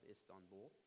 Istanbul